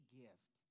gift